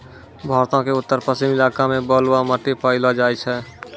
भारतो के उत्तर पश्चिम इलाका मे बलुआ मट्टी पायलो जाय छै